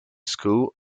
school